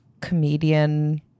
comedian